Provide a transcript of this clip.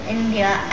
India